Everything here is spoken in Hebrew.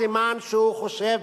סימן שהוא חושב,